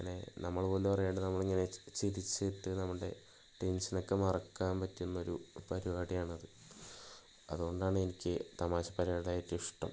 ഇങ്ങനെ നമ്മളുപോലും അറിയാണ്ട് നമ്മളിങ്ങനെ ചിരിച്ചിട്ട് നമ്മുടെ ടെൻഷനൊക്കെ മറക്കാൻ പറ്റുന്നൊരു പരിപാടിയാണത് അതുകൊണ്ടാണ് എനിക്ക് തമാശ പരിപാടികള് ഏറ്റവും ഇഷ്ടം